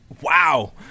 Wow